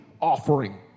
offering